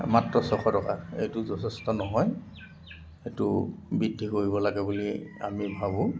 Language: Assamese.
মাত্ৰ ছশ টকা এইটো যথেষ্ট নহয় এইটো বৃদ্ধি কৰিব লাগে বুলি আমি ভাবোঁ